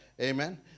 Amen